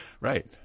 Right